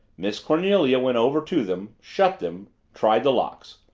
miss cornelia went over to them shut them tried the locks.